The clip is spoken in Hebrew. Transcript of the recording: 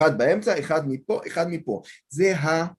אחד באמצע, אחד מפה, אחד מפה, זה ה...